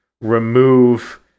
remove